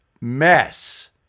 mess